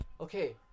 Okay